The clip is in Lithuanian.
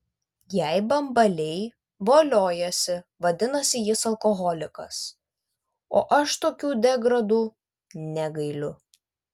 jei bambaliai voliojasi vadinasi jis alkoholikas o aš tokių degradų negailiu